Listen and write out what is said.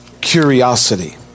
Curiosity